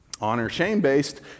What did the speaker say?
Honor-shame-based